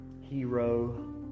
hero